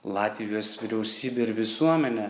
latvijos vyriausybė ir visuomenė